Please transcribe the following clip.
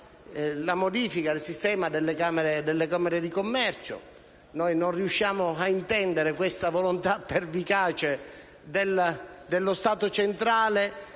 la modifica del sistema delle camere di commercio. Non riusciamo ad intendere questa volontà pervicace dello Stato centrale